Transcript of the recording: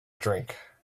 drink